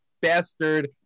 bastard